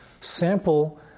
sample